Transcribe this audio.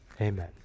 Amen